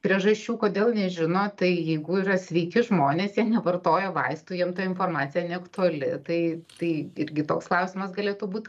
priežasčių kodėl nežino tai jeigu yra sveiki žmonės jie nevartoja vaistų jiem ta informacija neaktuali tai tai irgi toks klausimas galėtų būt